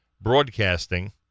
Broadcasting